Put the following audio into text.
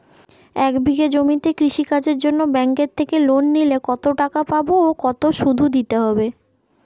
এক বিঘে জমিতে কৃষি কাজের জন্য ব্যাঙ্কের থেকে লোন নিলে কত টাকা পাবো ও কত শুধু দিতে হবে?